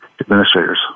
administrators